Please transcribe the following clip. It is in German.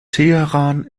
teheran